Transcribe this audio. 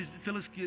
Phyllis